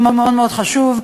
שהוא מאוד מאוד חשוב.